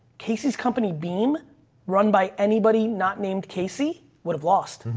casey's company beam run by anybody not named casey would have lost.